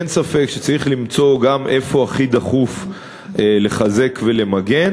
אין ספק שצריך למצוא גם איפה הכי דחוף לחזק ולמגן